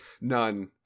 None